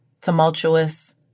tumultuous